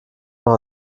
noch